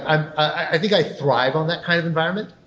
i i think i thrive on that kind of environment,